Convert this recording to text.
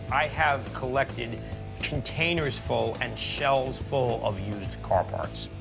i have collected containers full and shelves full of used car parts.